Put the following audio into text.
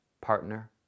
partner